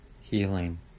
healing